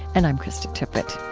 and i'm krista tippett